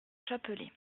chapelet